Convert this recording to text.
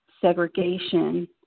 segregation